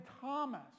Thomas